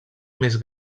més